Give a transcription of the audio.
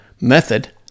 method